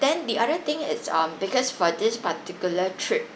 then the other thing it's um because for this particular trip